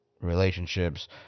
relationships